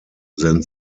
then